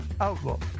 Outlook